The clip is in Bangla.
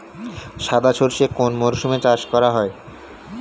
সাদা সর্ষে কোন মরশুমে চাষ করা হয়?